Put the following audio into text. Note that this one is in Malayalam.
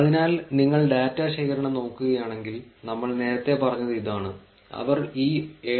അതിനാൽ നിങ്ങൾ ഡാറ്റ ശേഖരണം നോക്കുകയാണെങ്കിൽ നമ്മൾ നേരത്തെ പറഞ്ഞത് ഇതാണ് അവർ ഈ 7